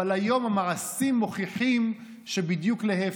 אבל היום המעשים מוכיחים שבדיוק להפך,